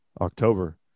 October